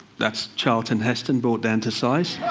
that's charlton heston brought down to size.